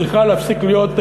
צריכה להפסיק להיות,